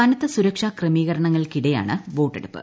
കനത്ത സുരക്ഷാ ക്രമീകരണങ്ങൾക്കിടെയാണ് വോട്ടെടുപ്പ്